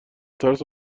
ترس